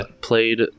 played